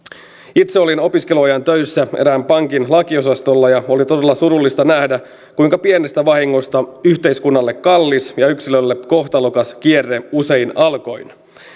itse olin opiskeluajan töissä erään pankin lakiosastolla ja oli todella surullista nähdä kuinka pienestä vahingosta yhteiskunnalle kallis ja yksilölle kohtalokas kierre usein alkoi